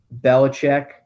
Belichick